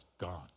gone